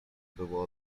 było